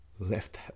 left